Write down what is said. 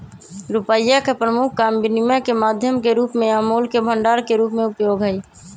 रुपइया के प्रमुख काम विनिमय के माध्यम के रूप में आ मोल के भंडार के रूप में उपयोग हइ